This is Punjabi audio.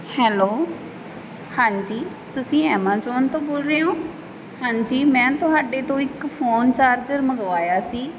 ਹੈਲੋ ਹਾਂਜੀ ਤੁਸੀਂ ਐਮਾਜੋਨ ਤੋਂ ਬੋਲ ਰਹੇ ਓਂ ਹਾਂ ਜੀ ਮੈਂ ਤੁਹਾਡੇ ਤੋਂ ਇੱਕ ਫੋਨ ਚਾਰਜਰ ਮੰਗਵਾਇਆ ਸੀ